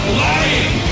lying